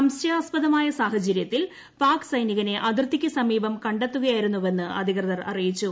സംശയാസ്പദമായ സാഹചര്യത്തിൽ പാക് സൈനികനെ അതിർത്തിക്ക് സമീപം കണ്ടെത്തുകയായിരുന്നുവെന്ന് അധികൃതർ അറിയിച്ചു